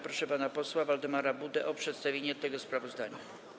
Proszę pana posła Waldemara Budę o przedstawienie tego sprawozdania.